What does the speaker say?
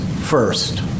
first